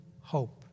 hope